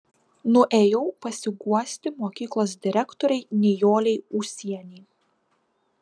nuėjau pasiguosti mokyklos direktorei nijolei ūsienei